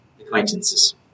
acquaintances